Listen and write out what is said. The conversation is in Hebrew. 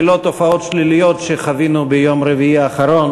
ולא תופעות שליליות שחווינו ביום רביעי האחרון